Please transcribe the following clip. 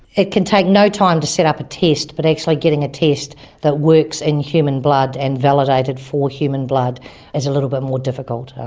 it can take no time to set up a test, but actually like getting a test that works in human blood and validated for human blood is a little bit more difficult.